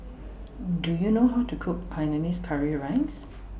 Do YOU know How to Cook Hainanese Curry Rice